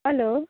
hello